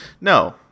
No